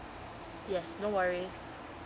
yes no worries